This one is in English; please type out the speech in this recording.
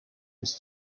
his